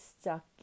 stuck